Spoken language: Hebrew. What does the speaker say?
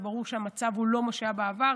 וברור שהמצב לא מה שהיה בעבר,